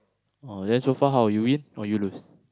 oh then so far how you win or you lose